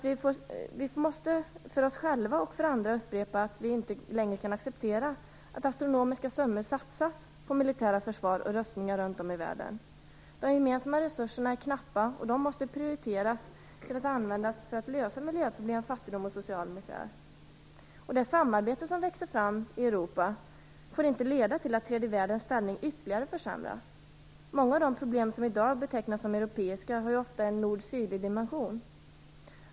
Vi måste för oss själva och för andra upprepa att vi inte längre kan acceptera att astronomiska summor satsas på militärt försvar och rustning runt om i världen. De gemensamma resurserna är knappa, och man måste prioritera att använda dem till att lösa miljöproblem, fattigdom och social misär. Det samarbete som växer fram i Europa får inte leda till att tredje världens ställning ytterligare försämras. Många av de problem som i dag betecknas som europeiska har ofta en nord-sydlig dimension.